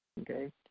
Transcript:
okay